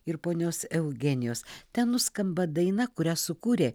ir ponios eugenijos tenuskamba daina kurią sukūrė